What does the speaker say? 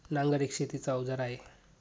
नांगर एक शेतीच अवजार आहे